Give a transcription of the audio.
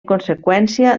conseqüència